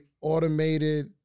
automated